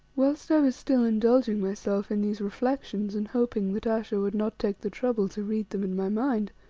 whilst i was still indulging myself in these reflections and hoping that ayesha would not take the trouble to read them in my mind,